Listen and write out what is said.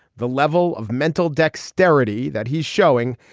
the level of mental dexterity that he's showing.